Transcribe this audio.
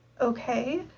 okay